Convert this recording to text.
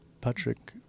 Patrick